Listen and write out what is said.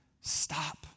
stop